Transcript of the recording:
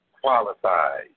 Qualified